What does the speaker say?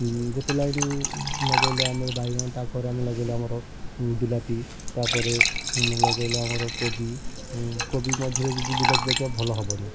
ଗୋଟେ ଲାଇନ୍ ଲଗେଇଲେ ଆମେ ବାଇଗଣ ତାପରେ ଆମେ ଲଗେଇଲେ ଆମର ବିଲାତି ତାପରେ ଲଗେଇଲେ ଆମର କୋବି କୋବି ମଝିରେ ଯଦି ବିଲାତି ଲଗେଇବା ଭଲ ହେବନି